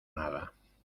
nada